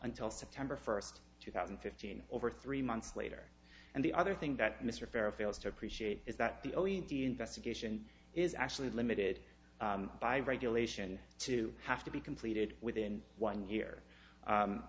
until september first two thousand and fifteen over three months later and the other thing that mr farah fails to appreciate is that the o e c d investigation is actually limited by regulation to have to be completed within one year